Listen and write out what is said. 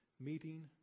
meeting